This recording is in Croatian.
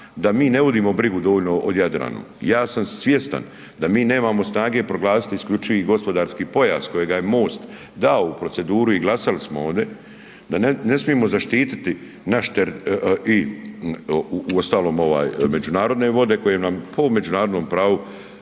da mi ne vodimo brigu dovoljno o Jadranu, ja sam svjestan da mi nemamo snage proglasiti isključivi gospodarski pojas kojega je MOST dao u proceduru i glasali smo ovdje da ne smijemo zaštiti naš i uostalom ovaj međunarodne vode koje nam po međunarodnom pravu